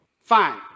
fine